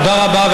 תודה רבה,